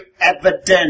evident